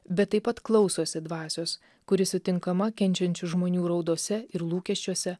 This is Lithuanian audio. bet taip pat klausosi dvasios kuri sutinkama kenčiančių žmonių raudose ir lūkesčiuose